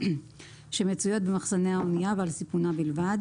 שמצויות במחסני האונייה ועל סיפונה בלבד.